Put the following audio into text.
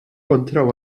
kontra